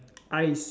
eyes